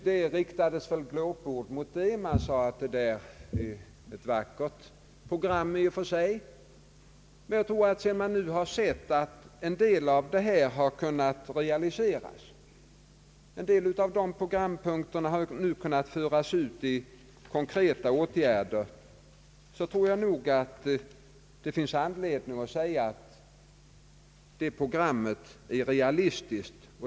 Det riktades en del glåpord mot det programmet; man sade att det i och för sig kanske var ett vackert program, men man trodde inte mycket på det. Sedan man nu fått se att en del har kunnat realiseras, att en del av dessa programpunkter har kunnat föras ut i konkreta åtgärder, tror jag det finns anledning konstatera att programmet var realistiskt.